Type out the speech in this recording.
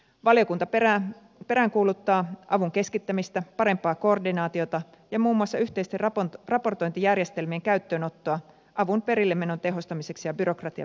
valiokunta peräänkuuluttaa avun keskittämistä parempaa koordinaatiota ja muun muassa yhteisten raportointijärjestelmien käyttöönottoa avun perillemenon tehostamiseksi ja byrokratian vähentämiseksi